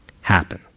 happen